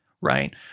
right